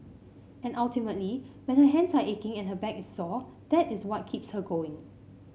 and ultimately when her hands are aching and her back is sore that is what keeps her going